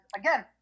again